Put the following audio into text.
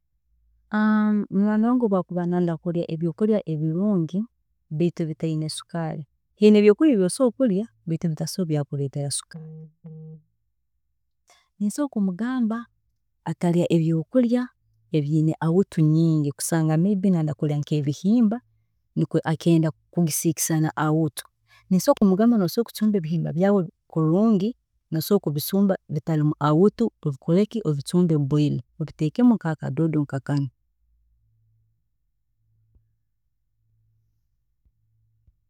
Munywaani wange obu akuba nayenda kurya ebyokurya ebirungi baitu ebitaine sukaari, nsobola kumugamba atarya ebyokurya ebiine owutu nyingi, kusanga noyenda kurya nk'ebihimba akenda kubisiika na awutu, nsobola kumugamba osobola kucumba ebihimba byaawe kulungi, osobola kubicumba bitiine awutu, nikwe obicumbe boil, obiteekemu akatunguru norunyanya